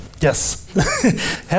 yes